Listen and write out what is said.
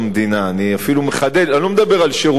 אני לא מדבר על שירות צבאי,